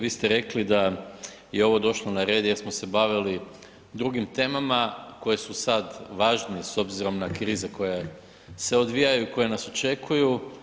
Vi ste rekli da je ovo došlo na red jer smo se bavili drugim temama koje su sad važnije s obzirom na krize koje se odvijaju i koje nas očekuju.